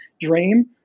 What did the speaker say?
dream